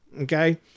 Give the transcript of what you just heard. Okay